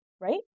right